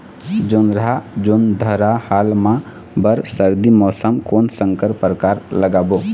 जोंधरा जोन्धरा हाल मा बर सर्दी मौसम कोन संकर परकार लगाबो?